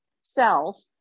self